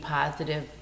positive